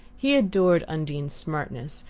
he adored undine's smartness,